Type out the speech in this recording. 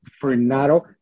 Fernando